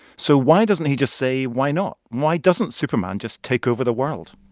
so why doesn't he just say, why not? why doesn't superman just take over the world?